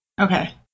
okay